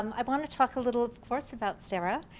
um i want to talk a little of course about sarah,